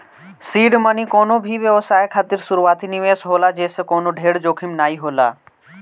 seed money कवनो भी व्यवसाय खातिर शुरूआती निवेश होला जेसे कवनो ढेर जोखिम नाइ होला